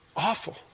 Awful